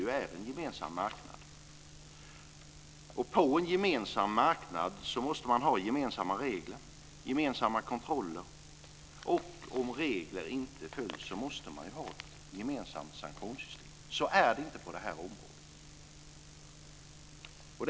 EU är en gemensam marknad. På en gemensam marknad måste man ha gemensamma regler, gemensamma kontroller och om regler inte följs måste man ju ha ett gemensamt sanktionssystem. Så är det inte på det här området.